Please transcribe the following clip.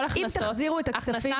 הכנסה